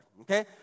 okay